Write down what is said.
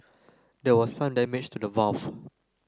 there was some damage to the valve